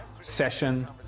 session